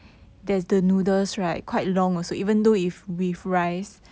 they have the noodles right quite long also even though if with rice